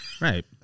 Right